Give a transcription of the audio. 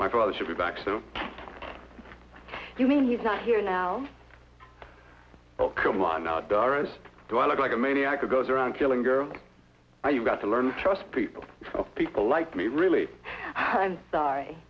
my father should be back so you mean he's not here now oh come on now doris do i look like a maniac it goes around killing girls you've got to learn to trust people of people like me really i'm sorry